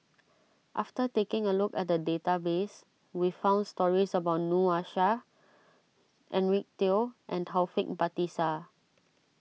after taking a look at the database we found stories about Noor Aishah Eric Teo and Taufik Batisah